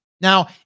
Now